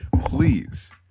please